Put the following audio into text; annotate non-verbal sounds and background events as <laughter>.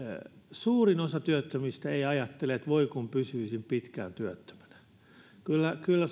suurin osa työttömistä ei ajattele että voi kun pysyisin pitkään työttömänä kyllä kyllä <unintelligible>